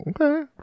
Okay